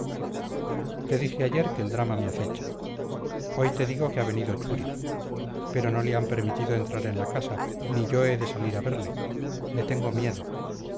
te dije ayer que el drama me acecha hoy te digo que ha venido churi pero no le han permitido entrar en la casa ni yo he de salir a verle le tengo miedo